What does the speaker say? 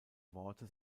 worte